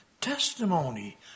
testimony